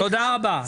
תודה רבה.